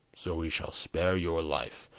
so we shall spare your life,